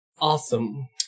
Awesome